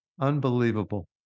Unbelievable